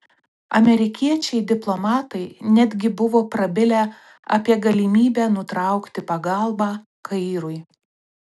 amerikiečiai diplomatai netgi buvo prabilę apie galimybę nutraukti pagalbą kairui